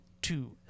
Two